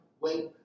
Wait